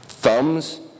Thumbs